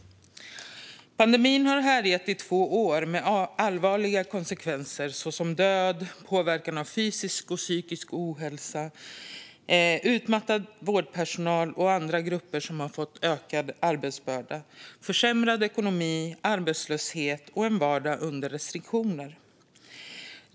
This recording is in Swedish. Pandemin har härjat i två år med allvarliga konsekvenser, såsom död, påverkan på fysisk och psykisk hälsa, utmattad vårdpersonal och andra grupper som har fått ökad arbetsbörda, försämrad ekonomi, arbetslöshet och en vardag under restriktioner.